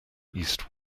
east